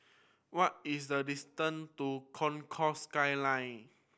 what is the distant to Concourse Skyline